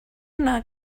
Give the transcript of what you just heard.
yna